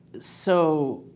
so,